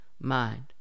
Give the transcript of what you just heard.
mind